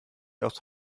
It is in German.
aus